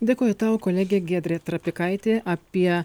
dėkoju tau kolegė giedrė trapikaitė apie